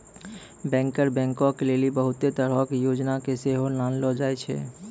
banker बैंको के लेली बहुते तरहो के योजना के सेहो लानलो जाय छै